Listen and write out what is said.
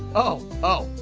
oh, oh,